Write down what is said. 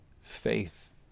faith